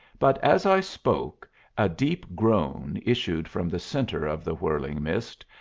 but as i spoke a deep groan issued from the centre of the whirling mist,